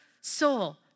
soul